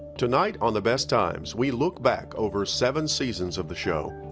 tonight on the best times, we look back over seven seasons of the show.